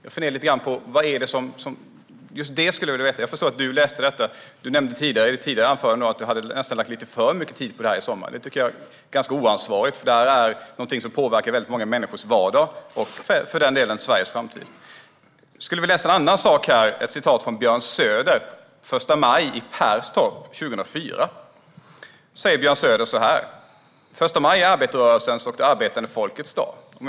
Du nämnde tidigare i ditt anförande att du nästan lagt lite för mycket tid på att läsa propositionen i somras. Det tycker jag är ganska oansvarigt att säga, för det här är någonting som påverkar väldigt många människors vardag och, för den delen, Sveriges framtid. Jag skulle vilja läsa ett citat av Björn Söder från första maj i Perstorp 2004. Björn Söder säger så här: Första maj är arbetarrörelsens och det arbetande folkets dag.